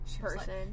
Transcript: person